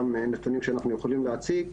גם נתונים שאנחנו יכולים להציג.